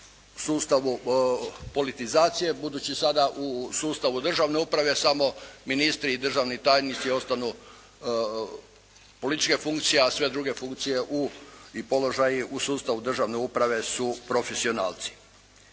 sustavu politizacije, budući sada u sustavu državne uprave samo ministri i državni tajnici ostanu političke funkcije, a sve druge funkcije u položaju u sustavu državne uprave su profesionalci.